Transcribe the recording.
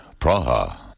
Praha